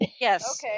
yes